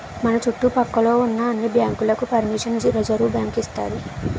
మన చుట్టు పక్క లో ఉన్న అన్ని బ్యాంకులకు పరిమిషన్ రిజర్వుబ్యాంకు ఇస్తాది